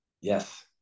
yes